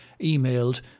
emailed